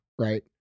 Right